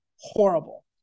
horrible